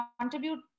contribute